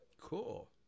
Cool